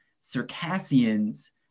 Circassians